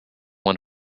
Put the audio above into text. one